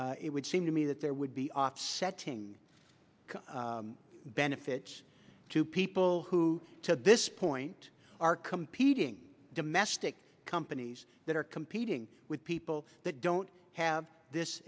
y it would seem to me that there would be offsetting benefits to people who to this point are competing domestic companies that are competing with people that don't have this